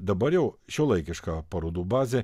dabar jau šiuolaikiška parodų bazė